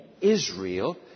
Israel